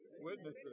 Witnesses